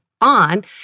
on